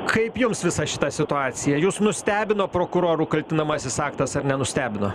kaip jums visa šita situacija jus nustebino prokurorų kaltinamasis aktas ar nenustebino